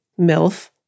MILF